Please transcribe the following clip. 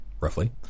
roughly